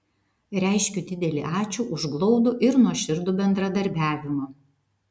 reiškiu didelį ačiū už glaudų ir nuoširdų bendradarbiavimą